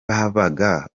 babaga